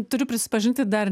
turiu prisipažinti dar